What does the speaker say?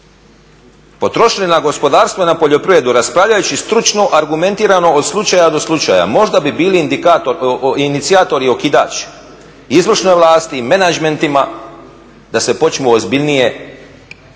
potrošili na gospodarstvo i na poljoprivredu raspravljajući stručno, argumentirano od slučaja do slučaja možda bi bili inicijator i okidač izvršne vlasti, menadžmentima da se počnu ozbiljnije,